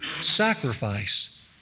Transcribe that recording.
sacrifice